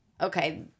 Okay